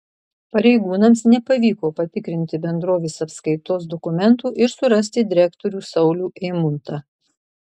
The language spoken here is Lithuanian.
pareigūnams nepavyko patikrinti bendrovės apskaitos dokumentų ir surasti direktorių saulių eimuntą